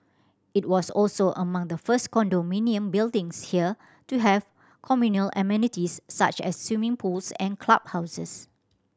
it was also among the first condominium buildings here to have communal amenities such as swimming pools and clubhouses